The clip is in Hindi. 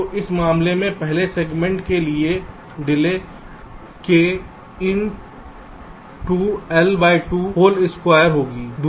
तो इस मामले में पहले सेगमेंट के लिए delta k into L by 2 whole square होगी